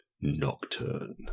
Nocturne